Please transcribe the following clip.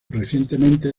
recientemente